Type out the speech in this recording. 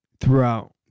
throughout